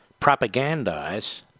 propagandize